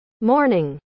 morning